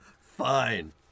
Fine